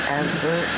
answer